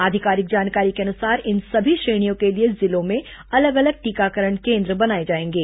आधिकारिक जानकारी के अनुसार इन सभी श्रेणियों के लिए जिलों में अलग अलग टीकाकरण केन्द्र बनाए जाएंगे